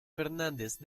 fernández